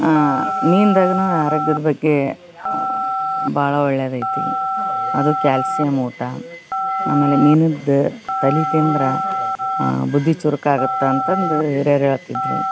ಮೀನ್ದಾಗ ನಾ ಆರೋಗ್ಯದ ಬಗ್ಗೆ ಭಾಳ ಒಳ್ಳೆಯದು ಐತಿ ಅದು ಕ್ಯಾಲ್ಸಿಯಂ ಊಟ ಆಮೇಲೆ ಮೀನಿದ ತಲೆ ತಿಂದ್ರ ಬುದ್ಧಿ ಚುರುಕಾಗುತ್ತ ಅಂತಂದು ಹಿರಿಯರ್ ಹೇಳ್ತಿದ್ರ